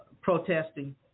protesting